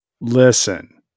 Listen